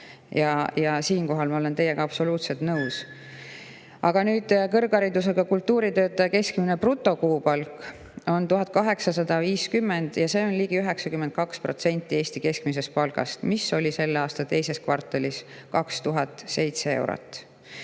Siinkohal ma olen teiega absoluutselt nõus. Aga nüüd, kõrgharidusega kultuuritöötaja keskmine brutokuupalk on 1850 eurot ja see on ligi 92% Eesti keskmisest palgast, mis oli selle aasta II kvartalis 2007 eurot.